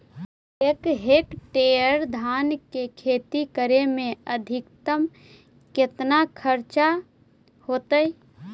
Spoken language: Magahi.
एक हेक्टेयर धान के खेती करे में अधिकतम केतना खर्चा होतइ?